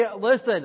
listen